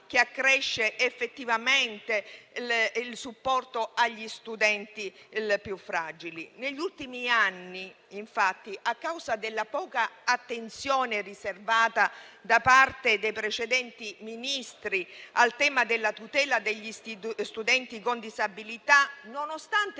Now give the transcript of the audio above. che accresce effettivamente il supporto agli studenti più fragili. Negli ultimi anni, infatti, a causa della poca attenzione riservata da parte dei precedenti Ministri al tema della tutela degli studenti con disabilità, nonostante i